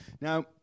Now